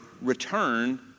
return